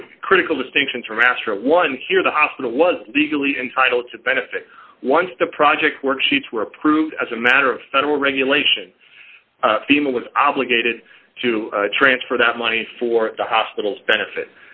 two critical distinctions are master one here the hospital was legally entitled to benefit once the project work sheets were approved as a matter of federal regulation fema was obligated to transfer that money for the hospitals benefit